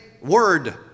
word